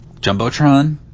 Jumbotron